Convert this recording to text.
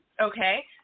okay